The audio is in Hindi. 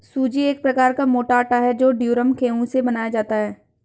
सूजी एक प्रकार का मोटा आटा है जो ड्यूरम गेहूं से बनाया जाता है